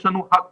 יש לנו הכול,